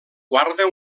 guarda